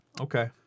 Okay